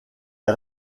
est